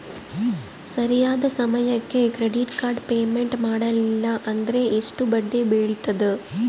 ಸರಿಯಾದ ಸಮಯಕ್ಕೆ credit card payment ಮಾಡಲಿಲ್ಲ ಅಂದ್ರೆ ಎಷ್ಟು ಬಡ್ಡಿ ಬೇಳ್ತದ?